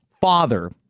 father